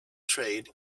trade